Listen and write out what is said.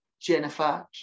Jennifer